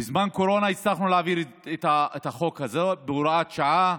בזמן הקורונה הצלחנו להעביר את החוק הזה בהוראת שעה.